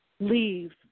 leave